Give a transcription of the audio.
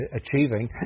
achieving